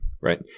right